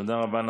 תודה רבה.